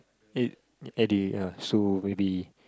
it at they ah so maybe